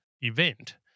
event